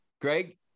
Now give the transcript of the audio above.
Greg